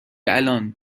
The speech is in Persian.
الان